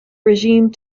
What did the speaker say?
regime